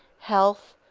health,